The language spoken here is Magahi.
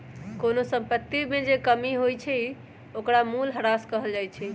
कोनो संपत्ति में जे कमी हो जाई छई ओकरा मूलहरास कहल जाई छई